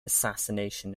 assassination